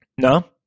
No